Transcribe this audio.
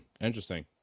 interesting